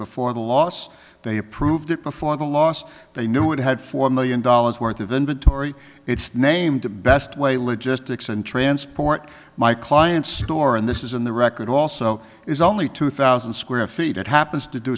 before the loss they approved it before the last they knew it had four million dollars worth of inventory its name to best way logistics and transport my clients store and this is in the record also is only two thousand square feet it happens to do